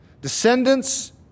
descendants